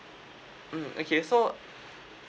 mm okay so